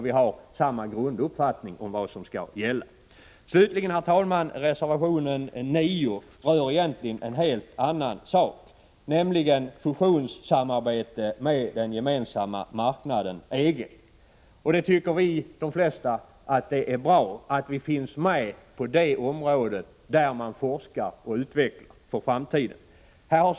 Vi har samma grunduppfattning om vad som skall gälla. Slutligen, herr talman! Reservation 9 berör en helt annan sak, nämligen fusionssamarbete med Gemensamma marknaden, EG. Vi tycker att det är bra att vårt land finns med på de områden där forskning och utveckling för framtiden äger rum.